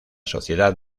sociedad